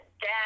Dad